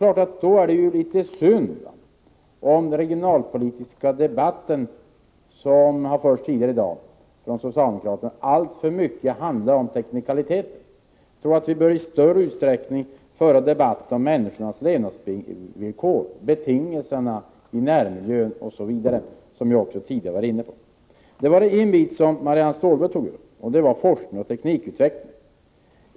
Det är då litet synd om den regionalpolitiska debatten, som har förts tidigare i dag från socialdemokraterna, alltför mycket handlar om teknikaliteter. Jag tror att vi i större utsträckning bör föra debatten om människornas levnadsvillkor, betingelserna i närmiljön osv., som jag också tidigare var inne på. Marianne Stålberg tog upp frågan om forskning och teknikutveckling.